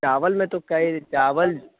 चावल में तो कई चावल